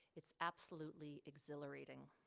it's absolutely exhilarating.